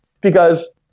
because-